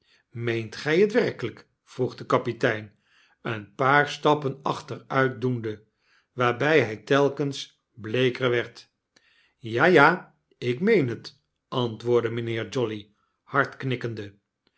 meent gy het waarlyk vroeg de kapitein een paar stappen achteruit doende waarby hij telkens bleeker werd ja ja ik meen het antwoordde mynheer jolly